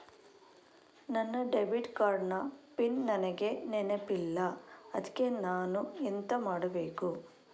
ನನ್ನ debit card ನ PIN ನನಗೆ ನೆನಪಿಲ್ಲ ಅದ್ಕೆ ನಾನು ಎಂತ ಮಾಡಬೇಕು?